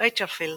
רייצ'ל פילד,